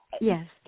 Yes